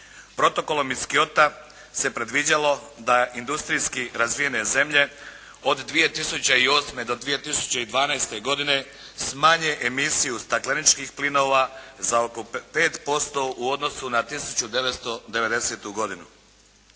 Protokolom iz Kyota se predviđalo da industrijski razvijene zemlje od 2008. do 2012. godine smanje emisiju stakleničkih plinova za oko 5% u odnosu na 1990. godinu.